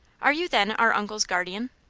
are you, then, our uncle's guardian?